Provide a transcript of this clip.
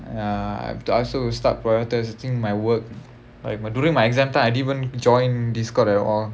ya I've to I also start prioritising my work like my during my exam time I had even join this discord at all